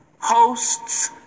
hosts